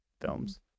films